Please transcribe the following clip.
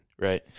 Right